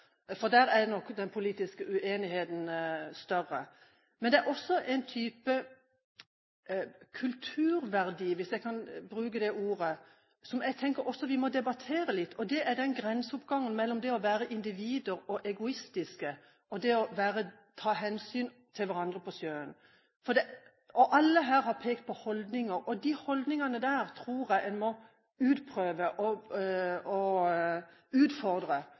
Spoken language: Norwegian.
for der er nok den politiske uenigheten større. Men det er også en type kulturverdi, hvis jeg kan bruke det ordet, som jeg tenker vi må debattere litt, og det er grenseoppgangen mellom det å være individer og egoistiske og det å ta hensyn til hverandre på sjøen. Alle her har pekt på holdninger. De holdningene tror jeg en må utprøve og utfordre